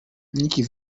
nick